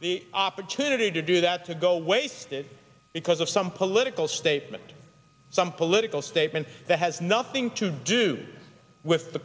the opportunity to do that to go wasted because of some political statement some political statement that has nothing to do with the